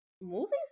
movies